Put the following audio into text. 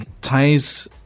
Ties